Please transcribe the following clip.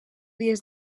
dies